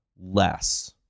less